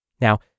Now